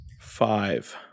Five